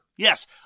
Yes